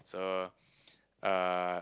so uh